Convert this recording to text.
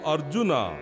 Arjuna